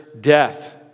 death